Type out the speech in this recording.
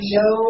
no